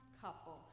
couple